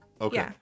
Okay